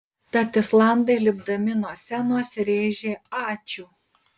tad islandai lipdami nuo scenos rėžė ačiū